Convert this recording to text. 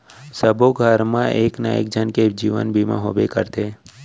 सबो घर मा एक ना एक झन के जीवन बीमा होबे करथे